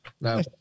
no